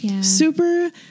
super